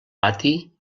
pati